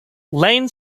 lane